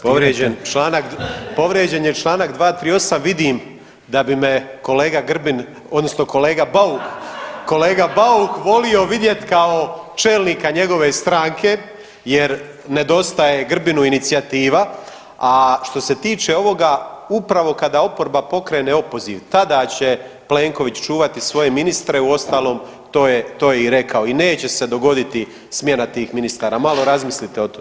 Povijeđen čl., povrijeđen je čl. 238, vidim da bi me kolega Grbin, odnosno kolega Bauk, kolega Bauk volio vidjeti kao čelnika njegove stranke jer nedostaje Grbinu inicijativa, a što se tiče ovoga, upravo kada oporba pokrene opoziv, tada će Plenković čuvati svoje ministre, uostalom, to je i rekao i neće se dogoditi smjena tih ministara, malo razmislite o tome.